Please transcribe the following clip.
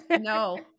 no